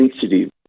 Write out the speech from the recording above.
sensitive